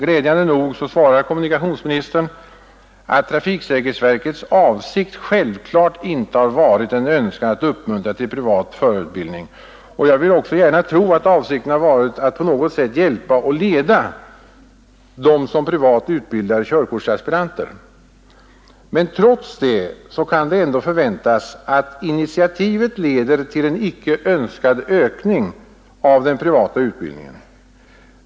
Glädjande nog svarar kommunikationsministern, att Trafiksäkerhetsverkets avsikt självklart inte har varit en önskan att uppmuntra till privat förarutbildning. Jag vill också gärna tro, att avsikten har varit att på något sätt hjälpa och leda dem som privat utbildar körkortsaspiranter. Trots detta kan det ändå förväntas, att initiativet leder till en icke önskad ökning av den privata utbildningen.